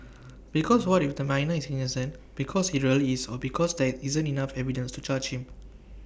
because what if the minor is innocent because he really is or because there isn't enough evidence to charge him